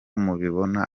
mubibona